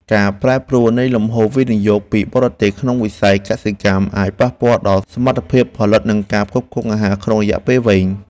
ការប្រែប្រួលនៃលំហូរវិនិយោគពីបរទេសក្នុងវិស័យកសិកម្មអាចប៉ះពាល់ដល់សមត្ថភាពផលិតនិងការផ្គត់ផ្គង់អាហារក្នុងរយៈពេលវែង។